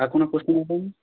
আর কোনো প্রশ্ন ম্যাডাম